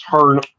turn